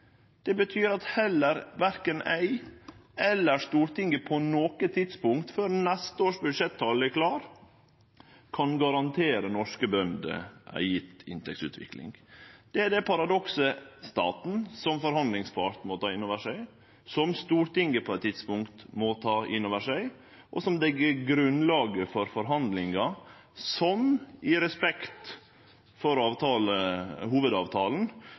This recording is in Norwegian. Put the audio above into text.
Det betyr at verken eg eller Stortinget på noko tidspunkt før neste års budsjettal er klare, kan garantere norske bønder ei inntektsutvikling. Det er det paradokset staten som forhandlingspart må ta inn over seg, som Stortinget på eit tidspunkt må ta inn over seg, og som legg grunnlaget for forhandlingar som i respekt for hovudavtalen